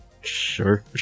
Sure